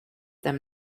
them